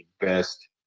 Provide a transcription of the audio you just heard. best